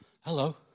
Hello